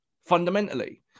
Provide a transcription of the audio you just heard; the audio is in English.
fundamentally